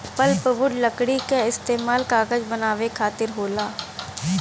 pulpwood लकड़ी क इस्तेमाल कागज बनावे खातिर होला